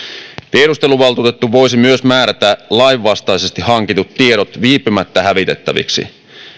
tiedusteluvaltuutettu voisi myös määrätä lainvastaisesti hankitut tiedot viipymättä hävitettäviksi